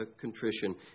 contrition